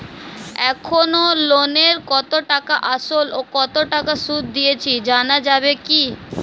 এখনো লোনের কত টাকা আসল ও কত টাকা সুদ দিয়েছি জানা যাবে কি?